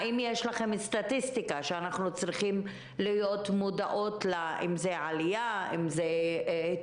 האם יש לכם סטטיסטיקה שאנחנו צריכות להיות מודעות לה אם זה עלייה,